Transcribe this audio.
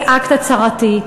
כאקט הצהרתי,